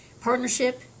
partnership